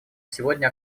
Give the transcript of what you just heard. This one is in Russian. сегодня